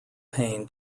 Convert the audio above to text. payne